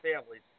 families